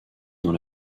dans